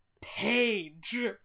Page